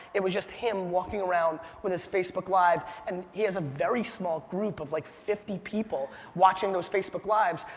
it was just him walking around with his facebook live and he has a very small group of like fifty people watching those facebook lives,